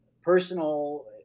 personal